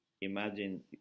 imagine